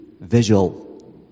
visual